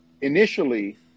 initially